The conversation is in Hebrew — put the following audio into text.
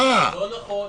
לא נכון.